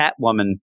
Catwoman